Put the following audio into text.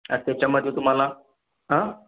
आता त्याच्यामध्ये तुम्हाला आं